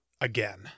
again